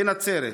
בנצרת.